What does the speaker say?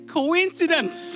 coincidence